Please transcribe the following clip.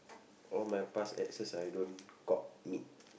all my past exes I don't commit